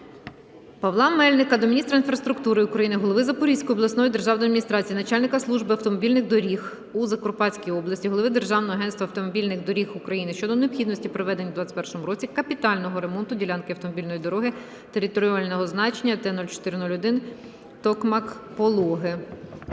Павла Мельника до міністра інфраструктури України, голови Запорізької обласної державної адміністрації, начальника Служби автомобільних доріг у Закарпатській області, голови Державного агентства автомобільних доріг України щодо необхідності проведення у 2021 році капітального ремонту ділянки автомобільної дороги територіального значення Т-04-01 (Токмак - Пологи).